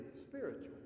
spiritual